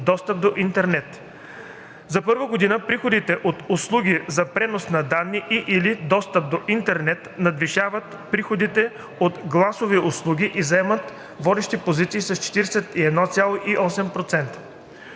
достъп до интернет. За първа година приходите от услуги за пренос на данни и/или достъп до интернет надвишават приходите от гласови услуги и заемат водеща позиция с 41,8%.